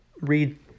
read